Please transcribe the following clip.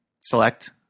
select